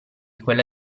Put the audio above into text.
quella